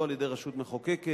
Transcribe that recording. לא על-ידי רשות מחוקקת.